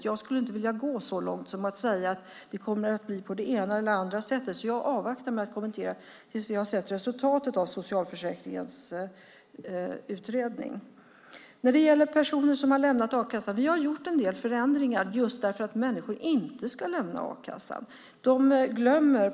Jag skulle inte vilja gå så långt som att säga att det kommer att bli på det ena eller på det andra sättet. Jag avvaktar därför med att kommentera detta tills vi har sett resultatet av socialförsäkringsutredningen. Vi har gjort en del förändringar just därför att människor inte ska lämna a-kassan.